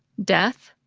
death,